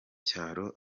cyaro